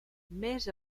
més